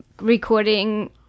Recording